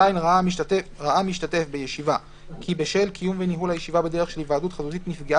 (ז)ראה משתתף בישיבה כי בשל קיום וניהול הישיבה בדרך של